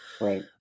Right